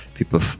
People